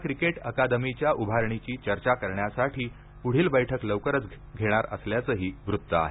या अकादमीच्या उभारणीची चर्चा करण्यासाठी प्ढील बैठक लवकरच असल्याचंही वृत्त आहे